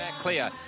clear